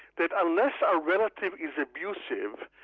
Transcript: that unless ah a relative is abusive,